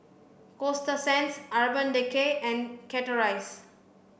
Coasta Sands Urban Decay and Chateraise